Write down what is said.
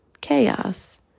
chaos